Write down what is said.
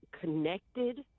connected